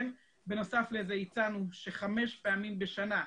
בנוסף לזה הצענו שחמש פעמים בשנה,